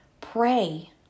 pray